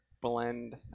blend